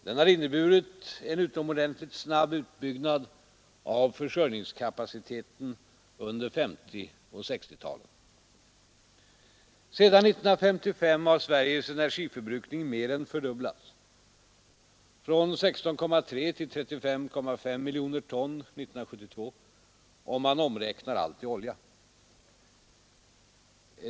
Den har inneburit en utomordentligt snabb utbyggnad av försörjningskapaciteten under 1950 och 1960-talen. Sedan 1955 har Sveriges energiförbrukning mer än fördubblats: från 16,3 till 35,5 miljoner ton 1972, om man omräknar allt i olja.